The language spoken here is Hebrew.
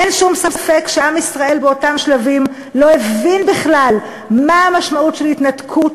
אין שום ספק שעם ישראל באותם שלבים לא הבין בכלל מה המשמעות של התנתקות.